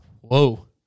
whoa